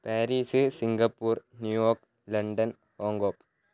Paris Singapore New York London Hong Kong